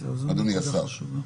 אדוני השר,